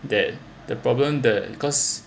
that the problem the cause